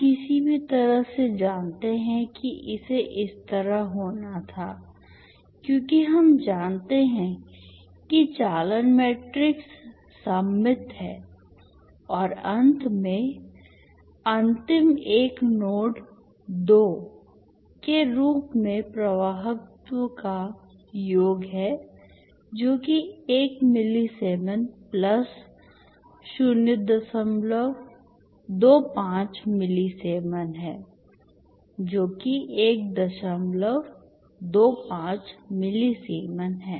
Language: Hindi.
आप किसी भी तरह से जानते हैं कि इसे इस तरह होना था क्योंकि हम जानते हैं कि चालन मैट्रिक्स सममित है और अंत में अंतिम एक नोड 2 के रूप में प्रवाहकत्त्व का योग है जो कि 1 मिलीसीमेन प्लस 025 मिलीसीमेन है जो कि 125 मिलीसीमेन है